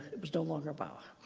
it was no longer but a